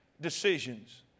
decisions